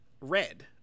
Red